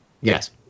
Yes